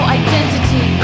identity